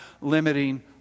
limiting